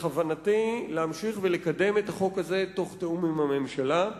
בכוונתי להמשיך ולקדם את החוק הזה בתיאום עם הממשלה.